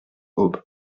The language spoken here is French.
aube